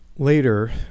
later